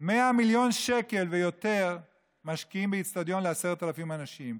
100 מיליון שקל ויותר משקיעים באצטדיון ל-10,000 אנשים.